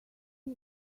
see